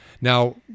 Now